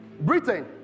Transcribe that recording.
britain